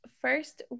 first